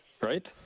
right